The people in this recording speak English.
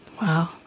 Wow